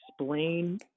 explain